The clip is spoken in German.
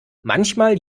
manchmal